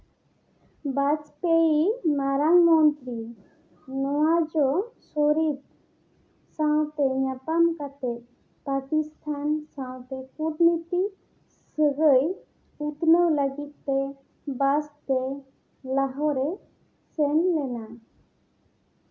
ᱵᱟᱡᱽᱯᱮᱭᱤ ᱢᱟᱨᱟᱝ ᱢᱚᱱᱛᱨᱤ ᱱᱚᱣᱟᱡᱚ ᱥᱚᱨᱤᱯ ᱥᱟᱶᱛᱮ ᱧᱟᱯᱟᱢ ᱠᱟᱛᱮᱜ ᱯᱟᱠᱤᱥᱛᱷᱟᱱ ᱥᱟᱶᱛᱮ ᱠᱩᱴᱱᱤᱛᱤ ᱥᱟᱹᱜᱟᱹᱭ ᱩᱛᱱᱟᱹᱣ ᱞᱟᱹᱜᱤᱫᱛᱮ ᱵᱟᱥᱛᱮ ᱞᱟᱦᱳᱨ ᱮ ᱥᱮᱱ ᱞᱮᱱᱟ